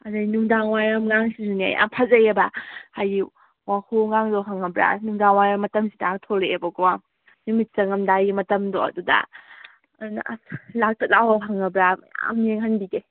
ꯑꯗꯨꯗꯩ ꯅꯨꯡꯗꯥꯡ ꯋꯥꯏꯔꯝꯒꯁꯤꯅꯅꯦ ꯌꯥꯝ ꯐꯖꯩꯑꯕ ꯍꯥꯏꯗꯤ ꯋꯥꯍꯣꯡꯒꯗꯣ ꯈꯪꯉꯕ꯭ꯔꯥ ꯅꯨꯡꯗꯥꯡꯋꯥꯏꯔꯝ ꯃꯇꯝꯁꯤꯗ ꯊꯣꯛꯂꯛꯑꯦꯕꯀꯣ ꯅꯨꯃꯤꯠ ꯆꯪꯉꯝꯗꯥꯏꯒꯤ ꯃꯇꯝꯗꯣ ꯑꯗꯨꯗ ꯑꯗꯨꯅ ꯑ꯭ꯁ ꯂꯥꯛꯇ ꯂꯥꯛꯑꯣ ꯈꯪꯉꯕ꯭꯭ꯔꯥ ꯃꯌꯥꯝ ꯌꯦꯡꯍꯟꯕꯤꯒꯦ